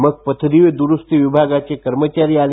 मग पथदिवे द्रुस्ती विभागाचे कर्मचारी आले